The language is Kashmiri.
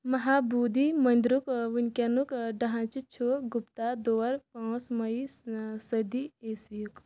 مہابوٗدھی مٔنٛدرُک وٕنکینُک ڈھانٛچہِ چھُ گُپتا دور پانٛژھ مٔے صٔدی عیٖسویُک